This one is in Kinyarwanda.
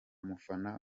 mufana